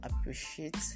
appreciate